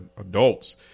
adults